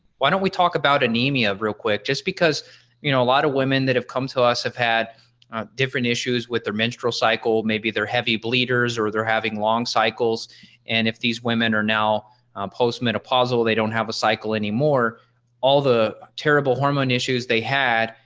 why don't we talk about anemia real quick just because you know a lot of women that have come to us have had different issues with their menstrual cycle, maybe they're heavy bleeders or they're having long cycles and if these women are now postmenopausal, they don't have a cycle anymore all the terrible hormone issues they had,